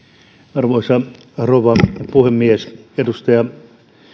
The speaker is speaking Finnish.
arvoisa rouva puhemies edustaja